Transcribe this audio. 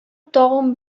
тагын